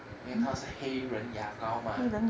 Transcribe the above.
因为它是黑人牙膏吗